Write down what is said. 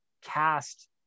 cast